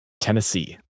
Tennessee